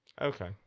okay